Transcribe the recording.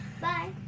Bye